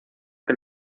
que